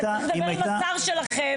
צריך לדבר עם השר שלכם,